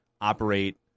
operate